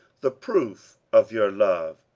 the proof of your love,